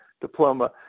Diploma